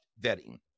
vetting